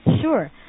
Sure